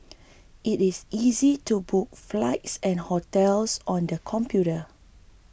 it is easy to book flights and hotels on the computer